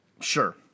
Sure